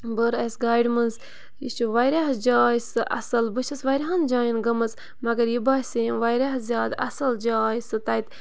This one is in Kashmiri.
بٔر اَسہِ گاڑِ منٛز یہِ چھِ واریاہ جاے سُہ اَصٕل بہٕ چھَس واریاہَن جایَن گٔمٕژ مگر یہِ باسے یِم واریاہ زیادٕ اَصٕل جاے سُہ تَتہِ